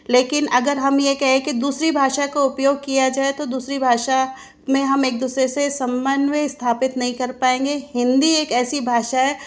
लेकिन अगर हम यह कहें की दूसरी भाषा का उपयोग किया जाए तो दूसरी भाषा में हम एक दूसरे से समन्वय स्थापित नहीं कर पाएँगे हिंदी एक ऐसी भाषा है